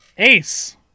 Ace